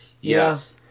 Yes